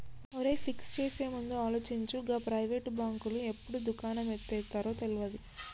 ఒరేయ్, ఫిక్స్ చేసేముందు ఆలోచించు, గా ప్రైవేటు బాంకులు ఎప్పుడు దుకాణం ఎత్తేత్తరో తెల్వది